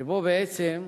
שבו בעצם כתוב,